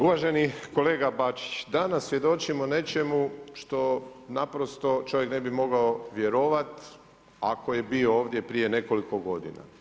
Uvaženi kolega Bačić, danas svjedočimo nečemu, što naprosto čovjek ne bi mogao vjerovati, ako je bio ovdje prije nekoliko godina.